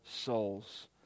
souls